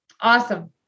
Awesome